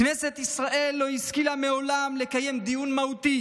כנסת ישראל לא השכילה מעולם לקיים דיון מהותי